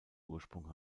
ursprung